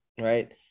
right